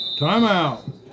Timeout